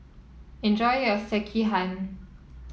enjoy your Sekihan